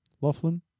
Loughlin